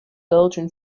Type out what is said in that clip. belgian